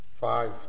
five